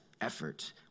effort